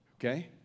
Okay